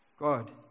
God